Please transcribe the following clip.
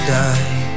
die